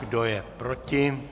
Kdo je proti?